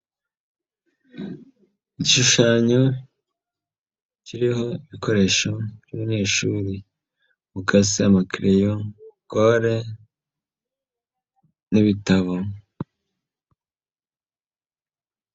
Igishushanyo kiriho ibikoresho by'umunyeshuri, ukasa, amakereyo, kole n'ibitabo.